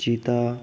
चीता